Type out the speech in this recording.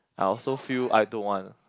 I also feel I don't want